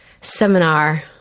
seminar